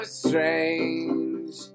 strange